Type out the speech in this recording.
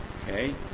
Okay